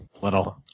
little